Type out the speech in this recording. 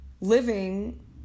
living